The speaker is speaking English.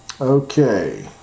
Okay